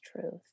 truth